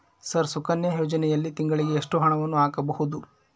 Sir Sukanya ಯೋಜನೆಯಲ್ಲಿ ತಿಂಗಳಿಗೆ ಎಷ್ಟು ಹಣವನ್ನು ಹಾಕಬಹುದು?